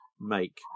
make